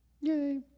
Yay